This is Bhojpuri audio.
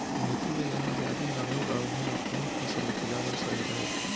मिट्टी मे जहा जादे नमी बा उहवा कौन फसल उपजावल सही रही?